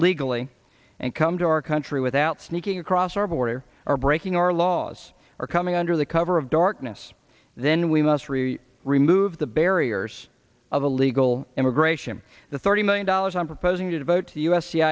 legally and come to our country without sneaking across our border or breaking our laws are coming under the cover of darkness then we must really remove the barriers of illegal immigration the thirty million dollars i'm proposing to devote to u